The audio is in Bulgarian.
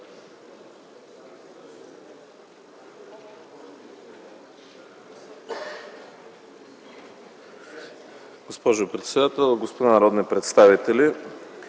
Госпожо председател, господа народни представители!